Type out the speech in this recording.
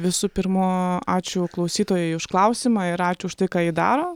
visų pirma ačiū klausytojai už klausimą ir ačiū už tai ką ji daro